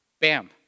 Bam